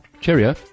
cheerio